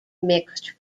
mixed